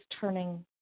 turning